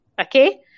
okay